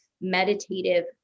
meditative